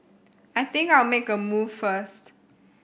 I think I'll make a move first